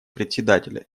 председателя